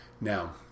Now